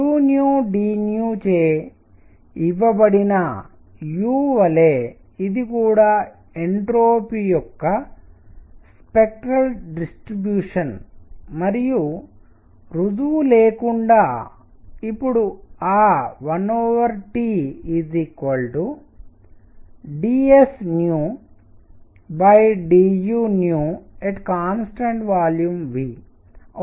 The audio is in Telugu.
u dv చే ఇవ్వబడిన U వలె ఇది కూడా ఎంట్రోపీ యొక్క స్పెక్ట్రల్ డిస్ట్రిబ్యూషన్ మరియు రుజువు లేకుండా ఇప్పుడు ఆ 1T ds du V అవుతుంది